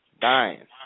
dying